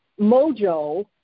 Mojo